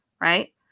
right